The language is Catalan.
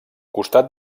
costat